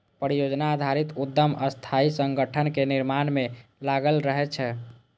परियोजना आधारित उद्यम अस्थायी संगठनक निर्माण मे लागल रहै छै